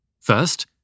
First